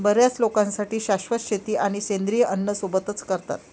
बर्याच लोकांसाठी शाश्वत शेती आणि सेंद्रिय अन्न सोबतच करतात